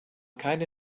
keine